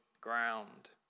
ground